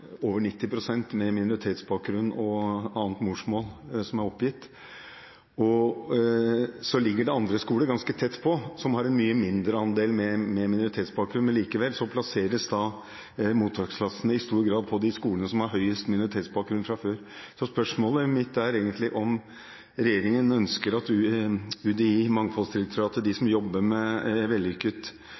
en mye mindre andel elever med minoritetsbakgrunn. Likevel plasseres mottaksklassene i stor grad på de skolene som har høyest andel elever med minoritetsbakgrunn fra før av. Spørsmålet mitt er egentlig om regjeringen ønsker at UDI, Mangfoldsdirektoratet og andre som jobber for at vi skal lykkes med